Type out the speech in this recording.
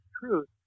truth